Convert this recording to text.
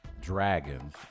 Dragons